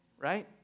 right